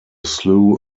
slew